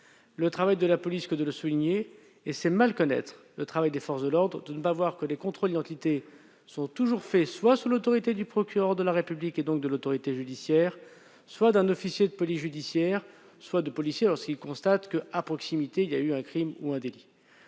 le travail de la police que de le souligner. C'est mal connaître le travail des forces de l'ordre que de ne pas voir que les contrôles d'identité sont toujours menés sous l'autorité, soit du procureur de la République et donc du pouvoir judiciaire, soit d'un officier de police judiciaire, soit de policiers, lorsqu'ils constatent qu'un crime ou un délit